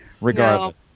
regardless